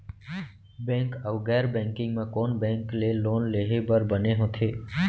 Bank अऊ गैर banking म कोन बैंक ले लोन लेहे बर बने होथे?